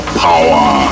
power